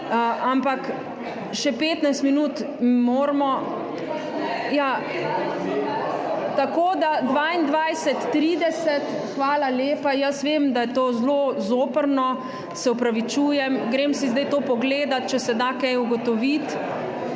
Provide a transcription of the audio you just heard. ampak še 15 minut moramo, tako da 22.30. Hvala lepa. Jaz vem, da je to zelo zoprno, se opravičujem. Grem si zdaj to pogledat, če se da kaj ugotoviti.